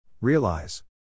Realize